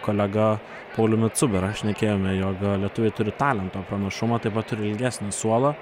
kolega pauliumi cubera šnekėjome jog lietuviai turi talento pranašumą taip pat ir ilgesnį suolą